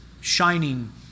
shining